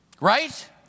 Right